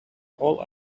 all